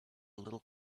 little